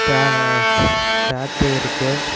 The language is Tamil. டே தேட்ரு இருக்குது